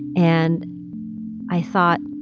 and i thought,